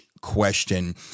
question